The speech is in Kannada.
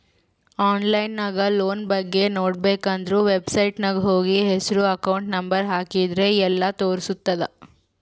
ಆನ್ಲೈನ್ ನಾಗ್ ಲೋನ್ ಬಗ್ಗೆ ನೋಡ್ಬೇಕ ಅಂದುರ್ ವೆಬ್ಸೈಟ್ನಾಗ್ ಹೋಗಿ ಹೆಸ್ರು ಅಕೌಂಟ್ ನಂಬರ್ ಹಾಕಿದ್ರ ಎಲ್ಲಾ ತೋರುಸ್ತುದ್